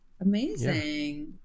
Amazing